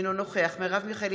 אינו נוכח מרב מיכאלי,